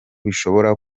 bishobora